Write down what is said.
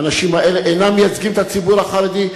האנשים האלה אינם מייצגים את הציבור החרדי,